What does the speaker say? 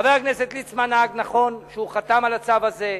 חבר הכנסת ליצמן נהג נכון כשהוא חתם על הצו הזה.